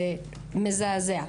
זה מזעזע.